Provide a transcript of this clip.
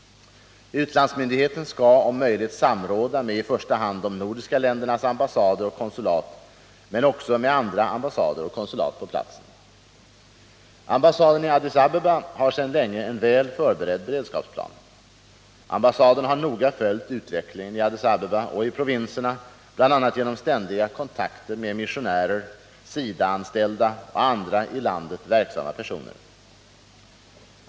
Utlandsmyndigheten skall om möjligt samråda med i första hand de nordiska ländernas ambassader och konsulat men också med andra ambassader och konsulat på platsen. Ambassaden i Addis Abeba har sedan länge en väl förberedd beredskapsplan. Ambassaden har noga följt utvecklingen i Addis Abeba och i provinserna bl.a. genom ständiga kontakter med missionärer, SIDA anställda och andra i landet verksamma personer.